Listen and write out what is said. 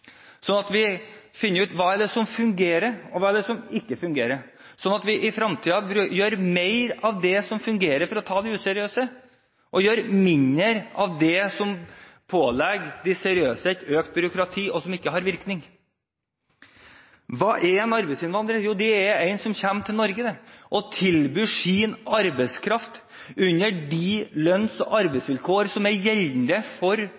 at vi finner ut hva som fungerer, og hva som ikke fungerer, og slik at vi i fremtiden gjør mer av det som fungerer, for å ta de useriøse, og gjør mindre av det som pålegger de seriøse et økt byråkrati, og som ikke har virkning. Hva er en arbeidsinnvandrer? Jo, det er en som kommer til Norge og tilbyr sin arbeidskraft under de lønns- og arbeidsvilkår som er gjeldende for